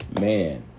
Man